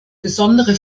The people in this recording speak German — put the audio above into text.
besondere